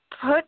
put